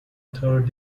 third